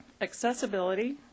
Accessibility